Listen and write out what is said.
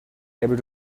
able